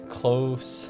close